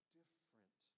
different